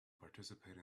participate